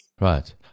right